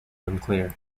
unclear